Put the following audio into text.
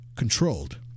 controlled